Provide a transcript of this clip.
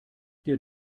dir